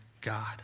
God